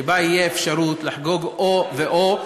שבה יהיה אפשרות לחגוג או ואו,